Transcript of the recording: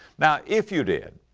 now, if you did,